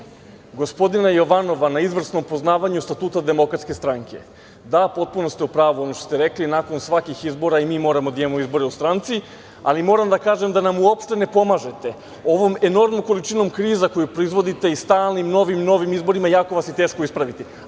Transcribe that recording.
gospodina Jovanova na izvrsnom poznavanju Statuta Demokratske stranke. Da, potpuno ste u pravu ono što ste rekli, nakon svakih izbora i mi moramo da imamo izbore u stranci. Ali, moram da kažem da nam uopšte ne pomažete ovom enormnom količinom kriza koje proizvodite i stalnim novim i novim izborima, jako vas je teško ispratiti.